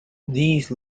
these